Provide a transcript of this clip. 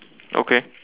okay